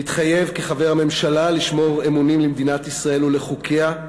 מתחייב כחבר הממשלה לשמור אמונים למדינת ישראל ולחוקיה,